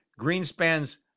Greenspan's